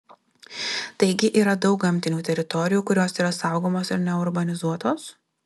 taigi yra daug gamtinių teritorijų kurios yra saugomos ir neurbanizuotos